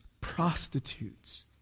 prostitutes